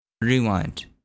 rewind